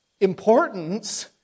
importance